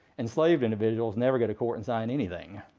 enslaved individuals never go to court and sign anything.